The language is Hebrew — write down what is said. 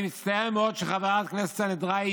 אני מצטער עד מאוד שחברת הכנסת סנהדראי,